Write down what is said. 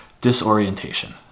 disorientation